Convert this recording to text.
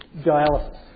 dialysis